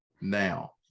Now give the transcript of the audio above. Now